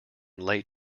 late